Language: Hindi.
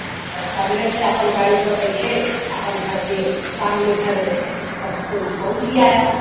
करने से अपना गाड़ी पर बैठे अपने घर के सामने घर सब कोई पहुँच ही आया